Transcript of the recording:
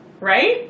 right